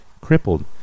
crippled